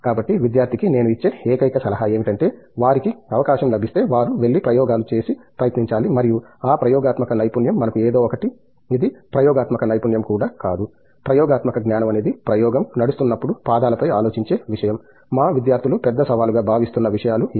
కాబట్టి విద్యార్థికి నేను ఇచ్చే ఏకైక సలహా ఏమిటంటే వారికి అవకాశం లభిస్తే వారు వెళ్లి ప్రయోగాలు చేసి ప్రయత్నించాలి మరియు ఆ ప్రయోగాత్మక నైపుణ్యం మనకు ఏదో ఒకటి ఇది ప్రయోగాత్మక నైపుణ్యం కూడా కాదు ప్రయోగాత్మక జ్ఞానం అనేది ప్రయోగం నడుస్తున్నప్పుడు పాదాలపై ఆలోచించే విషయం మా విద్యార్థులు పెద్ద సవాలుగా భావిస్తున్న విషయాలు ఇవి